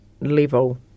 level